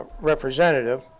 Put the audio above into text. representative